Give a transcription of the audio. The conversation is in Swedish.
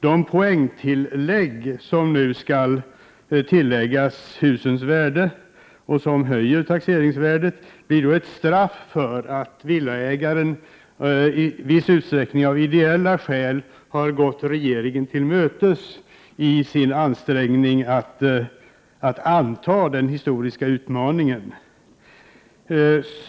De poäng som nu skall läggas till husens värde, och som höjer taxeringsvärdet, blir då ett straff för att villaägaren i viss utsträckning av ideella skäl har gått regeringen till mötes i sin ansträngning att anta ”den historiska utmaningen”.